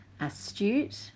astute